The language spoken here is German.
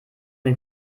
dem